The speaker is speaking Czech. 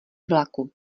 vlaku